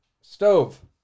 stove